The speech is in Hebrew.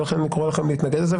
ולכן אני קורא לכם להתנגד לזה.